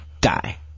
die